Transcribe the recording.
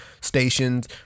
stations